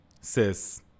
Sis